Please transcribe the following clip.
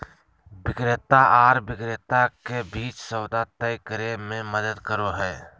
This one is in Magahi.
क्रेता आर विक्रेता के बीच सौदा तय करे में मदद करो हइ